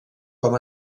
com